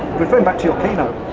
referring back to your keynote,